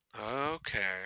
Okay